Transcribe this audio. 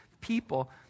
people